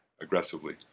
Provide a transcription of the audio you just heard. aggressively